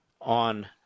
on